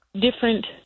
different